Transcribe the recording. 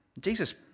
Jesus